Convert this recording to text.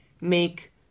make